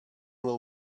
will